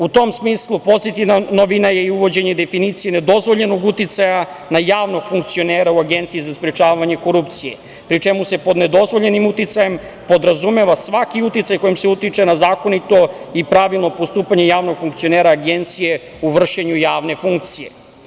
U tom smislu, pozitivna novina je i uvođenje definicije nedozvoljenog uticaja na javnog funkcionera u Agenciji za sprečavanje korupcije, pri čemu se pod nedozvoljenim uticajem podrazumeva svaki uticaj kojim se utiče na zakonito i pravilno postupanje javnog funkcionera Agencije u vršenju javne funkcije.